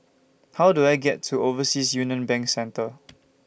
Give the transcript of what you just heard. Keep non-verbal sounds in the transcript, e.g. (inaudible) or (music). How Do I get to Overseas Union Bank Centre (noise)